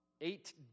Eight